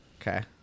Okay